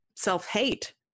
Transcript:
self-hate